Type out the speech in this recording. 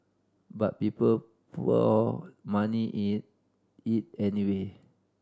but people poured money in it anyway